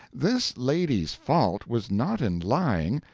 this lady's fault was not in lying,